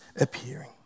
appearing